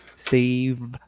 save